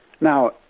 Now